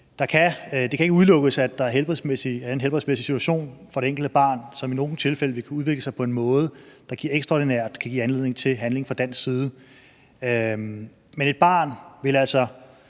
Det kan ikke udelukkes, at der er en helbredsmæssig situation for det enkelte barn, som i nogle tilfælde vil kunne udvikle sig på en måde, der ekstraordinært kan give anledning til handling fra dansk side. Men et barn vil altså